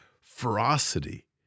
ferocity